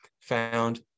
found